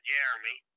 Jeremy